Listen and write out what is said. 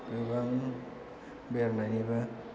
गोबां बेरायनायनिबो